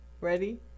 Ready